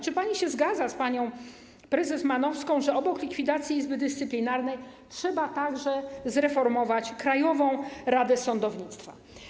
Czy pani się zgadza z panią prezes Manowską, że obok likwidacji Izby Dyscyplinarnej trzeba także zreformować Krajową Radę Sądownictwa?